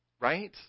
right